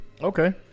Okay